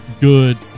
good